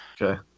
Okay